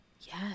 Yes